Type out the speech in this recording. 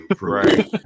Right